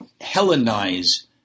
Hellenize